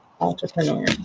entrepreneur